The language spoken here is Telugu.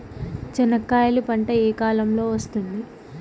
చెనక్కాయలు పంట ఏ కాలము లో వస్తుంది